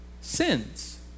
sins